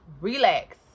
Relax